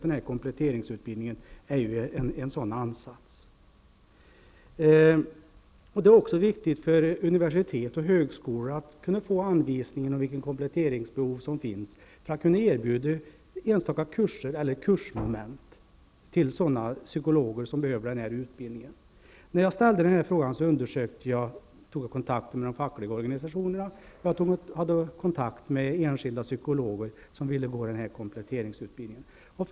En kompletteringsutbildning är en sådan ansats. Det är också viktigt för universitet och högskolor att få anvisning om vilket kompletteringsbehov som finns för att de skall kunna erbjuda enstaka kurser eller kursmoment till psykologer som behöver denna utbildning. När jag ställde denna fråga tog jag kontakt med de fackliga organisationerna. Jag hade kontakt med enskilda psykologer som ville gå den här kompletteringsutbildningen.